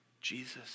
Jesus